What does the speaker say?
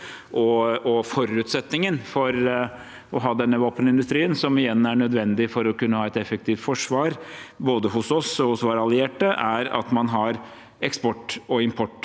Forutsetningen for å ha denne våpenindustrien, som igjen er nødvendig for å kunne ha et effektivt forsvar både hos oss og hos våre allierte, er at man har eksport og import